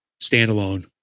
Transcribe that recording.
standalone